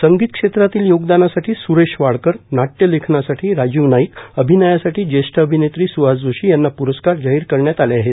संगीत श्रेत्रातील योगदानासाठी स्रेश वाडकर नाटक लेखक राजीव नाईक अभिनयासाठी ज्येष्ठ अभिनेत्री स्हास जोशी यांना प्रस्कार जाहीर करण्यात आले आहेत